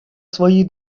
свои